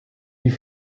die